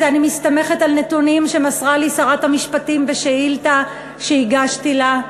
ואני מסתמכת על נתונים שמסרה לי שרת המשפטים בשאילתה שהגשתי לה,